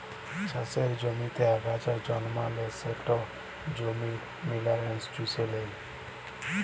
চাষের জমিতে আগাছা জল্মালে সেট জমির মিলারেলস চুষে লেই